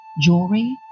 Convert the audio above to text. jewelry